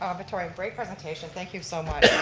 um victoria, great presentation, thank you so much.